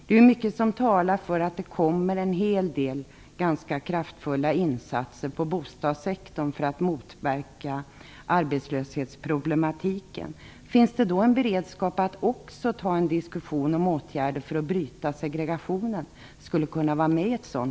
Det är mycket som talar för att det kommer en hel del ganska kraftfulla insatser på bostadsområdet för att motverka problemen med arbetslösheten. Finns det en beredskap att då även ta upp en diskussion om åtgärder för att bryta segregationen?